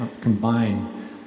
combine